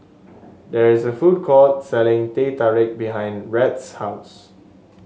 there is a food court selling Teh Tarik behind Rhett's house